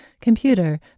computer